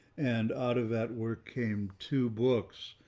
and out of that work came to books.